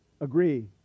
agree